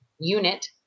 unit